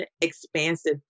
expansive